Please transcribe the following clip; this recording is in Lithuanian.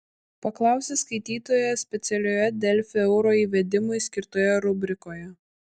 paklausė skaitytojas specialioje delfi euro įvedimui skirtoje rubrikoje